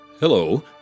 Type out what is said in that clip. Hello